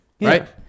right